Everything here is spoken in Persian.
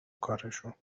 کارشون